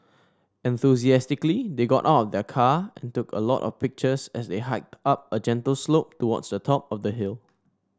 enthusiastically they got of the car and took a lot of pictures as they hiked up a gentle slope towards the top of the hill